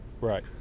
right